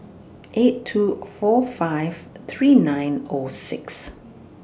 eight two four five three nine O six